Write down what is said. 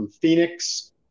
Phoenix